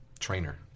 Trainer